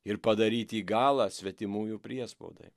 ir padaryti galą svetimųjų priespaudai